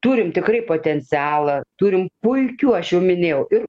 turim tikrai potencialą turim puikių aš jau minėjau ir